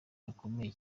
gakomeye